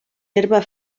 herba